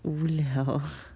无聊